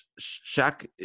Shaq